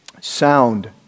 sound